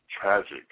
tragic